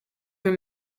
were